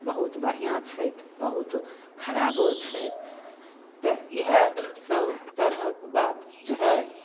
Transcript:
बहुत बढ़िआँ छथि बहुत खराबो छथि तऽ इएहसभ तरहक बात छै